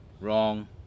wrong